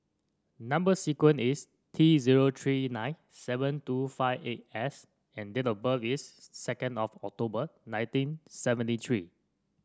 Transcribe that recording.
number sequence is T zero three nine seven two five eight S and date of birth is second of October nineteen seventy three